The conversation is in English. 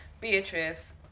Beatrice